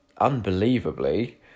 unbelievably